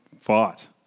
fought